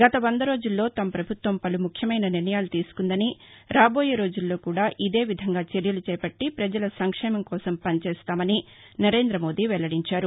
గత వందరోజుల్లో తమ పభుత్వం పలు ముఖ్యమైన నిర్ణయాలు తీసుకుందని రాబోయే రోజుల్లో కూడా ఇదే విధంగా చర్యలు చేపట్టి ప్రజల సంక్షేమం కోసం పనిచేస్తామని నరేంద్రమోదీ వెల్లడించారు